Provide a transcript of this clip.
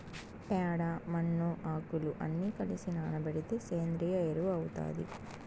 ప్యాడ, మన్ను, ఆకులు అన్ని కలసి నానబెడితే సేంద్రియ ఎరువు అవుతాది